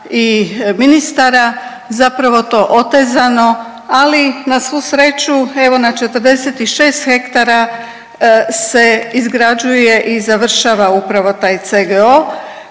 i ministara zapravo to otezano. Ali na svu sreću evo na 46 ha se izgrađuje i završava upravo taj CGO